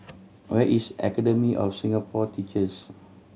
where is Academy of Singapore Teachers